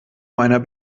meiner